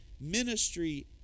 Ministry